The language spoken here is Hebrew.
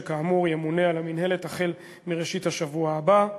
שכאמור ימונה על המינהלת החל מראשית השבוע הבא.